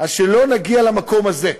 אז שלא נגיע למקום הזה,